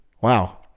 Wow